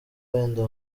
wenda